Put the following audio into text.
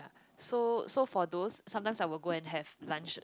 so so for those sometimes I will go and have lunch